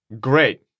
Great